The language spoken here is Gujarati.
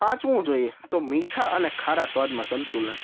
પાંચમું જોઈએ તો મીઠા અને ખારા સ્વાદમાં સંતુલન